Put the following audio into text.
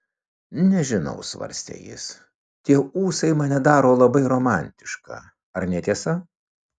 nežinau svarstė jis tie ūsai mane daro labai romantišką ar ne tiesa